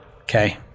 okay